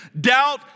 Doubt